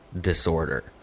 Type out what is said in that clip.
Disorder